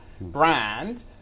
brand